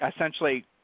essentially